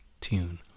tune